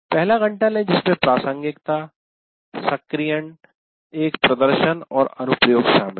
पहला घंटा लें जिसमें प्रासंगिकता सक्रियण एक प्रदर्शन और अनुप्रयोग शामिल है